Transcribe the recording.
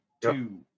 two